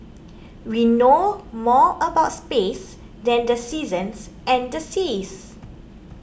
we know more about space than the seasons and the seas